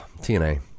TNA